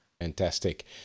Fantastic